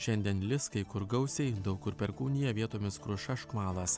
šiandien lis kai kur gausiai daug kur perkūnija vietomis kruša škvalas